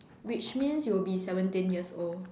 which means you'll be seventeen years old